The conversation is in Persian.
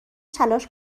تلاش